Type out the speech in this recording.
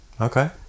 Okay